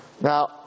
Now